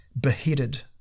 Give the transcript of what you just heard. Beheaded